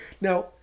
now